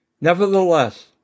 nevertheless